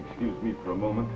excuse me for a moment